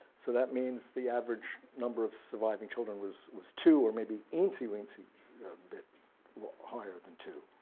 so that means the average number of surviving children was was two or maybe teensy weensy bit higher then two,